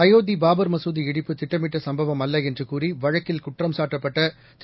அயோத்தி பாபர் மசூதி இடிப்பு திட்டமிட்ட சம்பவம் அல்ல என்று கூறி வழக்கில் குற்றம்சாட்டப்பட்ட திரு